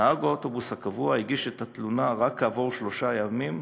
נהג האוטובוס הקבוע הגיש את התלונה רק כעבור שלושה ימים,